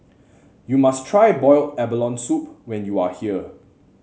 you must try Boiled Abalone Soup when you are here